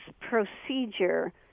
procedure